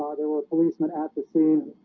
ah there were policemen at the scene